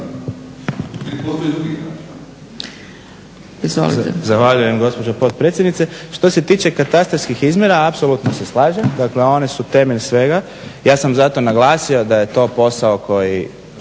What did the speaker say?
Zahvaljujem gospođo potpredsjednice. Što se tiče katastarskih izmjera apsolutno se slažem. Dakle one su temelj svega. Ja sam zato naglasio da je to posao koji